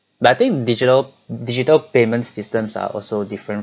but I think digital digital payments systems are also different